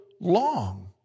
long